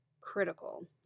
critical